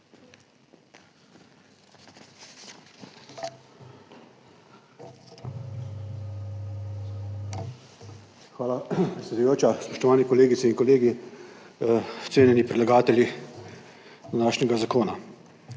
Hvala, predsedujoča. Spoštovane kolegice in kolegi, cenjeni predlagatelji današnjega zakona!